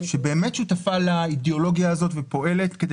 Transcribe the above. שבאמת שותפה לאידיאולוגיה הזאת ופועלת כדי